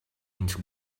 into